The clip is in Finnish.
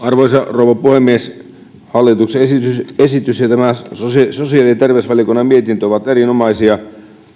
arvoisa rouva puhemies hallituksen esitys esitys ja tämä sosiaali sosiaali ja terveysvaliokunnan mietintö ovat erinomaisia